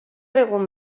egun